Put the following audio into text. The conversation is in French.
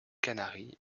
canaries